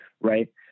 right